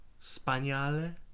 Spaniale